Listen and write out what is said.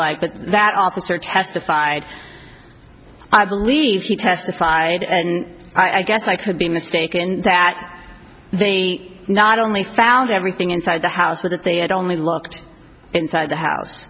like but that officer testified i believe he testified and i guess i could be mistaken that they not only found everything inside the house where they had only looked inside the house